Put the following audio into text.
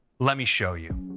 let me show you.